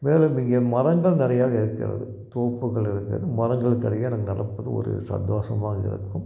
மேலும் இங்கே மரங்கள் நிறையாக இருக்கிறது தோப்புகள் இருக்கிறது மரங்களுக்கிடையே நாங்கள் நடப்பது ஒரு சந்தோஷமாக இருக்கும்